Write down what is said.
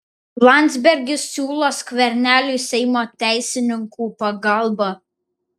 landsbergis siūlo skverneliui seimo teisininkų pagalbą